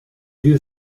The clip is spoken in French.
dieu